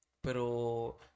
Pero